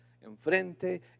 enfrente